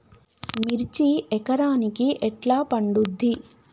మిర్చి ఎకరానికి ఎట్లా పండుద్ధి?